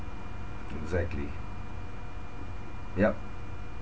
exactly yup